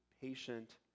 patient